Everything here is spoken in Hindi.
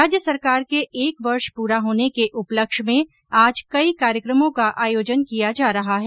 राज्य सरकार के एक वर्ष पूरा होने के उपलक्ष्य में आज कई कार्यक्रमों का आयोजन किया जा रहा है